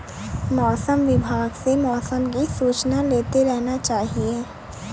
मौसम विभाग से मौसम की सूचना लेते रहना चाहिये?